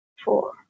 Four